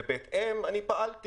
ובהתאם פעלתי.